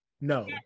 No